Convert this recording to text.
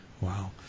Wow